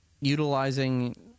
utilizing